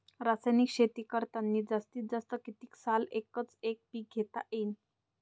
रासायनिक शेती करतांनी जास्तीत जास्त कितीक साल एकच एक पीक घेता येईन?